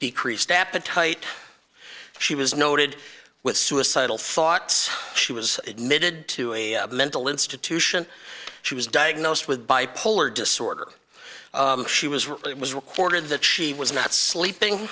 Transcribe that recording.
decreased appetite she was noted with suicidal thoughts she was admitted to a mental institution she was diagnosed with bipolar disorder she was really it was recorded that she was not sleeping